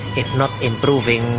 if not improving,